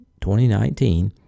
2019